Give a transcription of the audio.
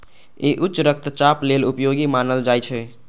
ई उच्च रक्तचाप लेल उपयोगी मानल जाइ छै